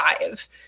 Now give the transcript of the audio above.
five